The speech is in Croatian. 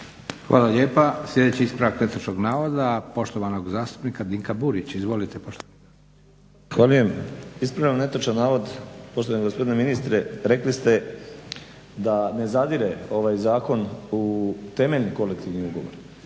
Hvala lijepa. Sljedeći ispravak netočnog navoda poštovanog zastupnika Dinka Burića. Izvolite poštovani zastupniče. **Burić, Dinko (HDSSB)** Zahvaljujem. Ispravljam netočan navod poštovani gospodine ministre rekli ste da ne zadire ovaj zakon u temeljni kolektivni ugovor